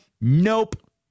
Nope